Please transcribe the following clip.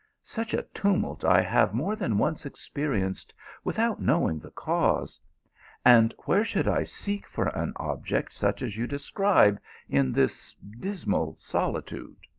such a tumult i have more than once experi enced without knowing the cause and where should i seek for an object such as you describe in this dis mal solitude?